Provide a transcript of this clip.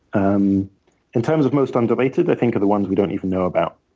um in terms of most underrated, i think, are the ones we don't even know about.